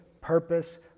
purpose